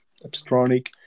Abstronic